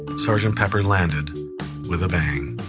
sort of and pepper' landed with a bang.